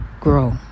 grow